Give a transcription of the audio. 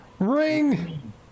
ring